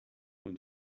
und